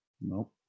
Nope